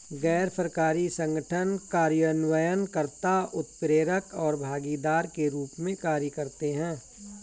गैर सरकारी संगठन कार्यान्वयन कर्ता, उत्प्रेरक और भागीदार के रूप में कार्य करते हैं